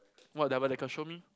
what double-decker show me